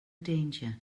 danger